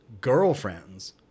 girlfriends